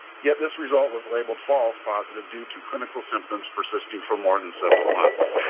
yet, this result was labeled false positive due to clinical symptoms persisting for more than several months.